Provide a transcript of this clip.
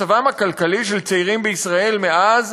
מצבם הכלכלי של צעירים בישראל מאז,